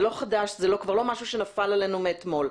זה לא חדש, זה לא משהו שנפל עלינו אתמול.